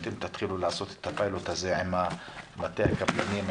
אתם תתחילו לעשות את הפיילוט הזה עם מטה הקבלנים,